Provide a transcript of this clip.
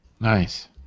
Nice